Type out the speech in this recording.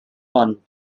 bun